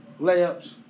layups